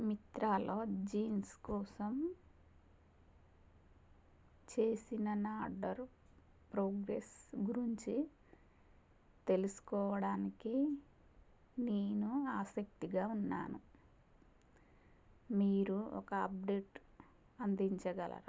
మిత్రాలో jeans కోసం చేసిన నా ఆర్డర్ ప్రోగ్రెస్ గురించి తెలుసుకోవడానికి నేను ఆసక్తిగా ఉన్నాను మీరు ఒక అప్డేట్ అందించగలరా